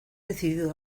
decidido